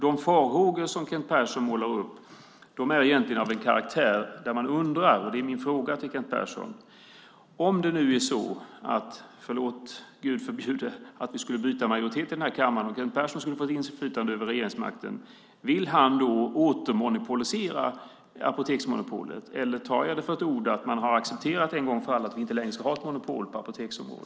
De farhågor som Kent Persson målar upp är egentligen av en karaktär som gör att man undrar över en sak. Om vi, Gud förbjude, skulle byta majoritet i den här kammaren och Kent Persson skulle få ett inflytande över regeringsmakten - vill han då återmonopolisera apoteken? Eller kan jag ta honom på orden och förstå det så att man har accepterat en gång för alla att vi inte längre ska ha ett monopol på apoteksområdet?